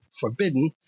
forbidden